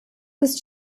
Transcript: ist